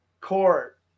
Court